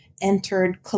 entered